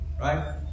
right